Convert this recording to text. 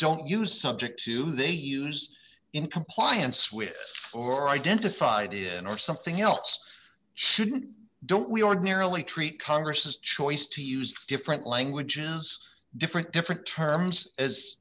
don't use subject to they used in compliance with or identified in or something else shouldn't don't we ordinarily treat congress's choice to use different languages different different terms as